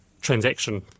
transaction